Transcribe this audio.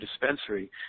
Dispensary